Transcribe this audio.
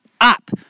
up